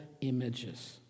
images